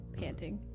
panting